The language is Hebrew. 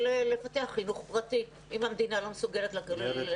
לפתח חינוך פרטי אם המדינה לא מסוגלת לעשות את זה.